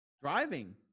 Driving